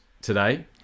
today